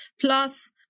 Plus